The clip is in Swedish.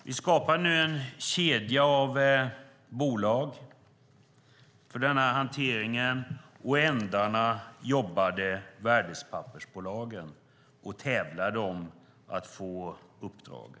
Det skapades en kedja av bolag för denna hantering, och i ändarna jobbade värdepappersbolagen och tävlade om att få uppdragen.